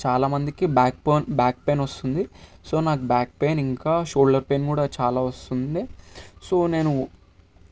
చాలామందికి backbone back pain వస్తుంది so నాకు బ్యాక్ పెయిన్ ఇంకా షోల్డర్ పెయిన్ కూడా చాలా వస్తుంది సో నేను